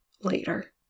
Later